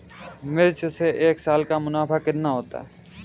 मिर्च से एक साल का मुनाफा कितना होता है?